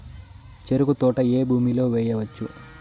చెరుకు తోట ఏ భూమిలో వేయవచ్చు?